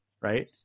right